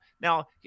Now